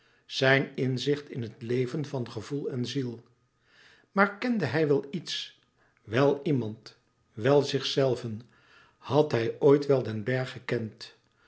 zijn inzicht in het leven van gevoel en ziel maar kende hij wel iets wel iemand wel zichzelven had hij ooit wel den bergh gekend